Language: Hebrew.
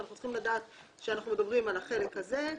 אנחנו צריכים לדעת שאנחנו מדברים על החלק הזה,